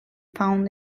found